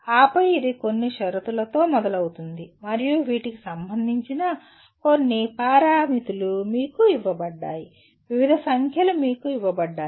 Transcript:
ఆపై ఇది కొన్ని షరతులలో మొదలవుతుంది మరియు వీటికి సంబంధించిన కొన్ని పారామితులు మీకు ఇవ్వబడ్డాయి వివిధ సంఖ్యలు మీకు ఇవ్వబడ్డాయి